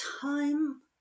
time